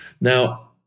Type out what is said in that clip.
Now